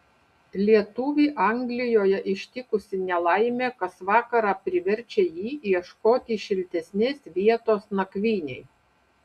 lietuvį anglijoje ištikusi nelaimė kas vakarą priverčia jį ieškoti šiltesnės vietos nakvynei